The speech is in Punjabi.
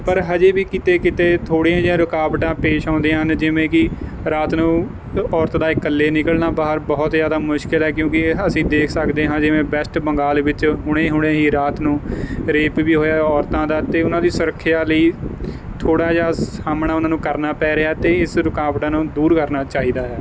ਪਰ ਹਜੇ ਵੀ ਕਿਤੇ ਕਿਤੇ ਥੋੜੀਆਂ ਜਿਹੀਆਂ ਰੁਕਾਵਟਾਂ ਪੇਸ਼ ਆਉਂਦੀਆਂ ਹਨ ਜਿਵੇਂ ਕੀ ਰਾਤ ਨੂੰ ਔਰਤ ਦਾ ਇਕੱਲੇ ਨਿਕਲਨਾ ਬਾਹਰ ਬਹੁਤ ਜਿਆਦਾ ਮੁਸ਼ਕਿਲ ਐ ਕਿਉਂਕੀ ਇਹ ਅਸੀਂ ਦੇਖ ਸਕਦੇ ਹਾਂ ਜਿਵੇਂ ਬੈਸਟ ਬੰਗਾਲ ਵਿੱਚ ਹੁਣੇ ਹੁਣੇ ਹੀ ਰਾਤ ਨੂੰ ਰੇਪ ਵੀ ਹੋਇਆ ਔਰਤਾਂ ਦਾ ਤੇ ਉਹਨਾਂ ਦੀ ਸੁਰੱਖਿਆ ਲਈ ਥੋੜਾ ਜਿਹਾ ਸਾਹਮਣਾ ਉਹਨਾਂ ਨੂੰ ਕਰਨਾ ਪੈ ਰਿਹਾ ਤੇ ਇਸ ਰੁਕਾਵਟਾਂ ਨੂੰ ਦੂਰ ਕਰਨਾ ਚਾਹੀਦਾ ਹੈ